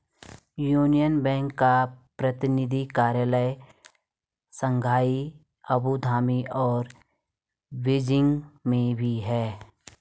union Bank का प्रतिनिधि कार्यालय शंघाई अबू धाबी और बीजिंग में भी है